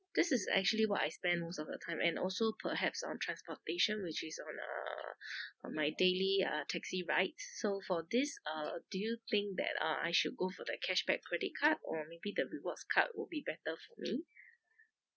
this is actually what I spend most of the time and also perhaps on transportation which is on uh on my daily uh taxi rides so for this uh do you think that uh I should go for the cashback credit card or maybe the rewards card would be better for me